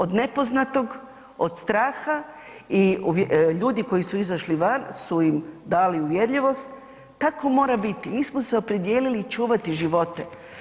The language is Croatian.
Od nepoznatog, od straha i ljudi koji su izašli van su im dali uvjerljivost tako mora biti, mi smo se opredijelili čuvati živote.